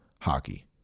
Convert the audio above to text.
hockey